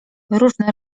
różne